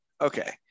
okay